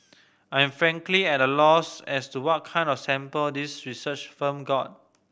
I am frankly at a loss as to what kind of sample this research firm got